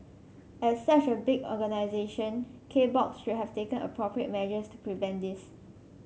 as such a big organisation K Box should have taken appropriate measures to prevent this